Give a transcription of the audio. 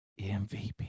MVP